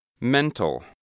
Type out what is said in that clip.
Mental